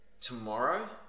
tomorrow